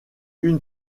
une